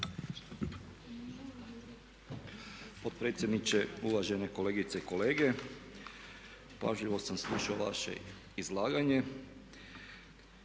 potpredsjedniče, uvažene kolegice i kolege. Pažljivo sam slušao vaše izlaganje.